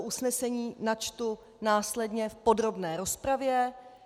Usnesení načtu následně v podrobné rozpravě.